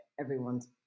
everyone's